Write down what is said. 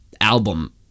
album